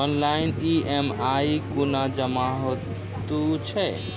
Online EMI कूना जमा हेतु छै?